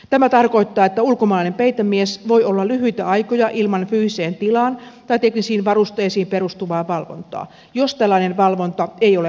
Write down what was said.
tämä tarkoittaa että ulkomaalainen peitemies voi olla lyhyitä aikoja ilman fyysiseen tilaan tai teknisiin varusteisiin perustuvaa valvontaa jos tällainen valvonta ei ole mahdollista